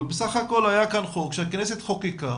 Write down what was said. אבל בסך הכל היה כאן חוק שהכנסת חוקקה